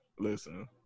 Listen